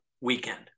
weekend